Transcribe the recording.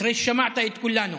אחרי ששמעת את כולנו.